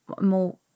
more